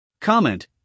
Comment